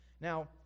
Now